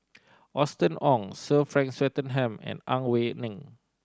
Austen Ong Sir Frank Swettenham and Ang Wei Neng